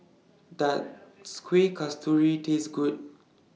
Does Kueh Kasturi Taste Good